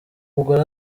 mugore